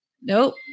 nope